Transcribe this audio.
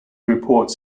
reports